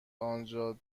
آنجا